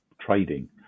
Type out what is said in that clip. trading